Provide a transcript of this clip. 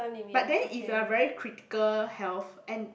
but then if you're very critical health and